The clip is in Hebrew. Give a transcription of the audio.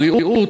בריאות,